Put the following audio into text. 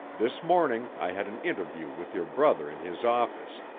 this morning i had an interview with your brother in his office,